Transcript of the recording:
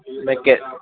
मैं के